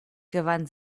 gewann